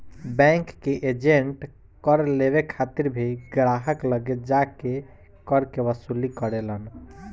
bank के agent कर लेवे खातिर भी ग्राहक लगे जा के कर के वसूली करेलन